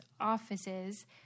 offices –